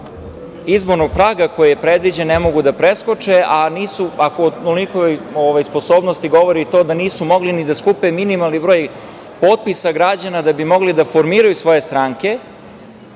izbornog praga koji je predviđen ne mogu da preskoče, a o njihovoj sposobnosti govori i to da nisu mogli ni da skupe minimalni broj potpisa građana da bi mogli da formiraju svoje stranke,